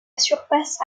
surface